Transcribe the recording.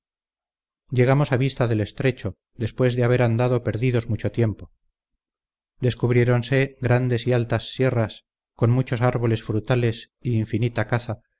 llegamos a vista del estrecho después de haber andado perdidos mucho tiempo descubriéronse grandes y altas sierras con muchos árboles frutales y infinita caza